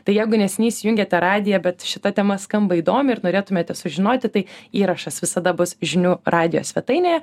tai jegu neseniai įsijungėte radiją bet šita tema skamba įdomi ir norėtumėte sužinoti tai įrašas visada bus žinių radijo svetainėje